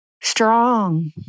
strong